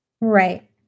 Right